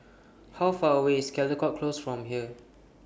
How Far away IS Caldecott Close from here